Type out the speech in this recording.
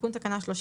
תיקון תקנה 33